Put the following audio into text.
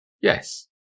Yes